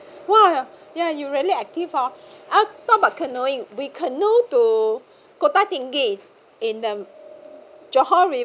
!wah! yeah you really active [ho] uh not about canoeing we canoe to kota-tinggi in the johor